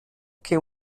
che